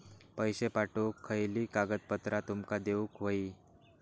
पैशे पाठवुक खयली कागदपत्रा तुमका देऊक व्हयी?